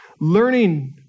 Learning